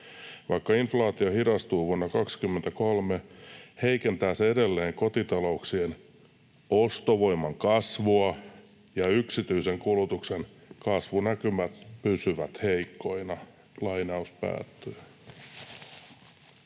Vaikka inflaatio hidastuu vuonna 2023, heikentää se edelleen kotitalouksien ostovoiman kasvua ja yksityisen kulutuksen kasvunäkymät pysyvät heikkoina.”